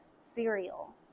cereal